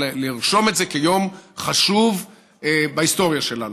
לרשום את זה כיום חשוב בהיסטוריה שלנו.